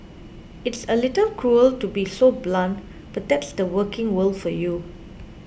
it's a little cruel to be so blunt but that's the working world for you